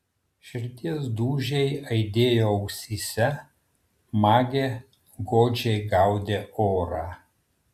širdies dūžiai aidėjo ausyse magė godžiai gaudė orą